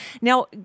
Now